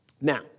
Now